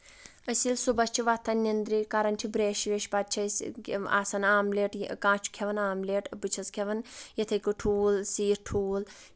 أسۍ ییٚلہِ صبُحس چھِ وۄتھان نندرِ کران چھِ برٛیٚش ویٚش پَتہٕ چھِ أسۍ آسان آملیٹ کانٛہہ چھُ کھٮ۪وان آملیٹ بہٕ چھَس کھٮ۪وان یِتھٕے کٲٹھۍ ٹھوٗل سِوِتھ ٹھوٗل